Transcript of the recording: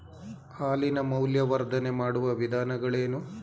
ಹಾಲಿನ ಮೌಲ್ಯವರ್ಧನೆ ಮಾಡುವ ವಿಧಾನಗಳೇನು?